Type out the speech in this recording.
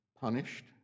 punished